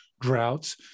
droughts